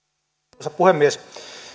arvoisa puhemies